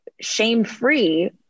shame-free